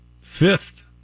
fifth